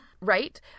Right